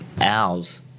owls